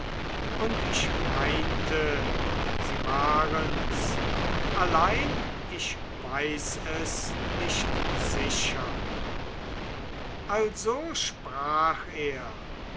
und ich meinte sie waren's allein ich weiß es nicht sicher also sprach er